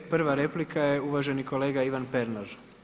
Prva replika je uvaženi kolega Ivan Pernar.